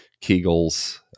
Kegels